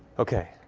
okay.